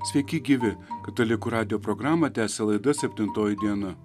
sveiki gyvi katalikų radijo programą tęsia laida septintoji diena